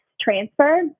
transfer